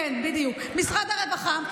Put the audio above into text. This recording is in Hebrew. משרד הרווחה,